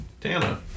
Tana